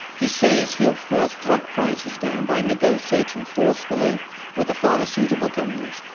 he says he will force drug prices down by negotiating forcefully with the pharmaceutical companies.